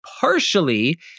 partially